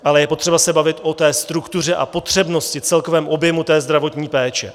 Ale je potřeba se bavit o struktuře a potřebnosti, o celkovém objemu zdravotní péče.